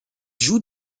joue